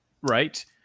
Right